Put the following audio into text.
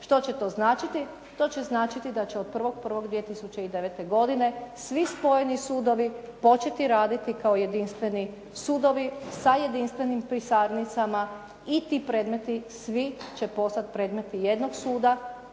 Što će to značiti? To će značiti da će od 1.1.2009. godine svi spojeni sudovi početi raditi kao jedinstveni sudovi sa jedinstvenim pisarnicama i ti predmeti svi će postati predmeti jednog suda,